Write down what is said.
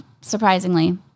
surprisingly